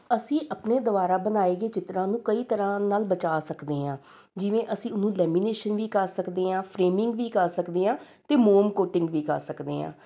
ਅਸੀਂ ਆਪਣੇ ਦੁਆਰਾ ਬਣਾਏ ਗਏ ਚਿੱਤਰਾਂ ਨੂੰ ਕਈ ਤਰ੍ਹਾਂ ਨਾਲ ਬਚਾ ਸਕਦੇ ਹਾਂ ਜਿਵੇਂ ਅਸੀਂ ਉਹਨੂੰ ਲੈਮੀਨੇਸ਼ਨ ਵੀ ਕਰ ਸਕਦੇ ਹਾਂ ਫਰੇਮਿੰਗ ਵੀ ਕਰ ਸਕਦੇ ਹਾਂ ਅਤੇ ਮੋਮ ਕੋਟਿੰਗ ਵੀ ਕਰ ਸਕਦੇ ਹਾਂ